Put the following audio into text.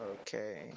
Okay